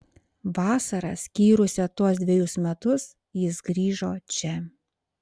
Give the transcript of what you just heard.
vasarą skyrusią tuos dvejus metus jis grįžo čia